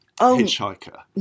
Hitchhiker